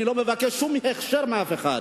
אני לא מבקש שום הכשר מאף אחד.